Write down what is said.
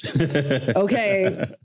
Okay